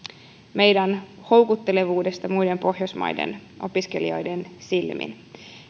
meidän houkuttelevuudestamme muiden pohjoismaiden opiskelijoiden silmin